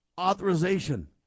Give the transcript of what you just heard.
authorization